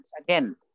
again